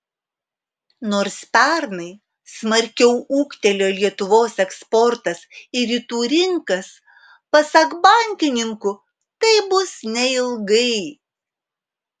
nors pernai smarkiau ūgtelėjo lietuvos eksportas į rytų rinkas pasak bankininkų taip bus neilgai